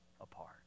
apart